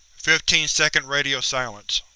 fifteen second radio silence.